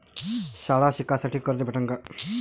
शाळा शिकासाठी कर्ज भेटन का?